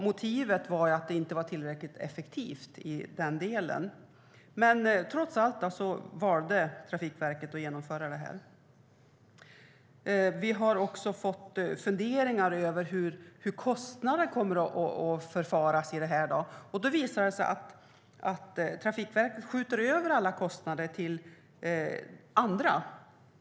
Motivet var att det inte var tillräckligt effektivt. Trots det valde Trafikverket att genomföra detta. Vi har också funderat på hur kostnaderna kommer att fördelas. Det visar sig att Trafikverket skjuter över alla kostnader på andra.